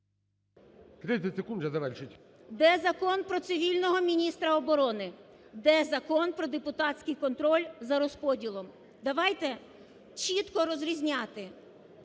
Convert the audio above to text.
Де Закон про цивільного міністра оборони, де Закон про депутатський контроль за розподілом? Давайте чітко розрізняти